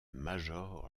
major